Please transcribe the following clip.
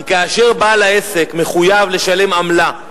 כי כאשר בעל העסק מחויב לשלם עמלה,